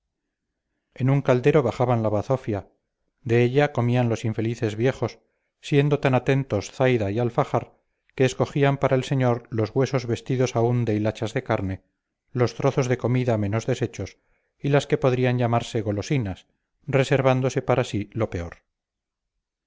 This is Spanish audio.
en un caldero bajaban la bazofia de ella comían los infelices viejos siendo tan atentos zaida y alfajar que escogían para el señor los huesos vestidos aún de hilachas de carne los trozos de comida menos deshechos y las que podrían llamarse golosinas reservándose para sí lo peor